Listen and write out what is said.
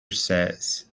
says